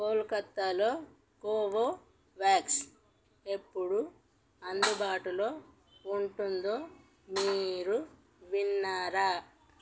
కోల్కత్తాలో Covovax ఎప్పుడు అందుబాటులో ఉంటుందో మీరు విన్నారా